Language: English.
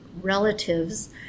relatives